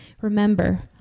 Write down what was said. Remember